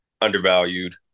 undervalued